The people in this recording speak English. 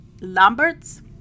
Lamberts